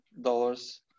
dollars